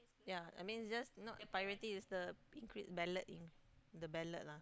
yeah I mean it's just not priority is the increase ballot in the ballot lah